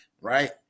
right